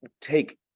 take